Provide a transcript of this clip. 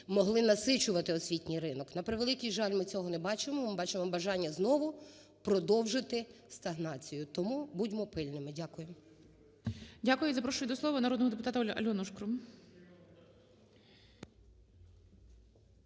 могли насичувати освітній ринок. На превеликий жаль, ми цього не бачимо, ми бачимо бажання знову продовжити стагнацію. Тому будьмо пильними. Дякую. ГОЛОВУЮЧИЙ. Дякую. Запрошую до слова народного депутатаАльону Шкрум.